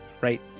right